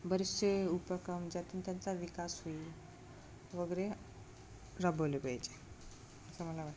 बरेचसे उपक्रम ज्यातून त्यांचा विकास होईल वगैरे राबवले पाहिजे असं मला वाटते